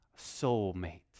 Soulmate